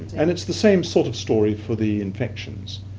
and it's the same sort of story for the infections.